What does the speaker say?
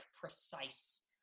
precise